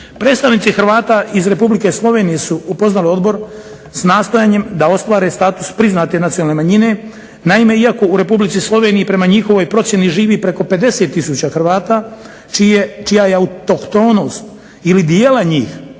Predstavnici Hrvata iz Republike Slovenije su upoznali odbor s nastojanjem da ostvare status priznate nacionalne manjine. Naime, iako u Republici Sloveniji prema njihovoj procjeni živi preko 50 tisuća Hrvata čija je autohtonost ili dijela njih